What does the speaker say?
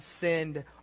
send